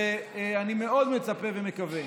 אני מאוד מצפה ומקווה